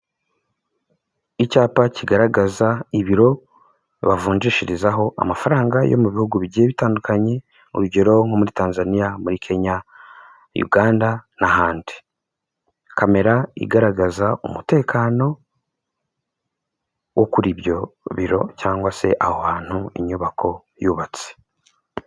Icyapa kigaragaza ibiro bavunjishirizaho amafaranga yo mu bihugu bigiye bitandukanye, urugero nko muri Tanzaniya, muri Kenya, Uganda n'ahandi. Kamera igaragaza umutekano wo kuri ibyo biro cyangwa se aho hantu inyubako yubatse.